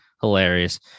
hilarious